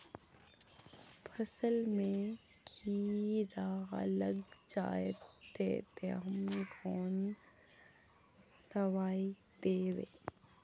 फसल में कीड़ा लग जाए ते, ते हम कौन दबाई दबे?